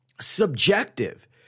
subjective